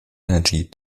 energy